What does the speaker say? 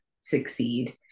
succeed